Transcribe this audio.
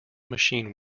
machine